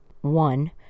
one